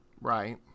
Right